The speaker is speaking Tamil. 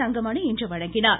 தங்கமணி இன்று வழங்கினார்